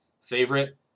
favorite